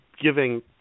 Giving